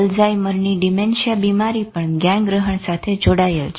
અલ્ઝાઈમરની dementia બીમારી પણ જ્ઞાનગ્રહણ સાથે જોડાયેલ છે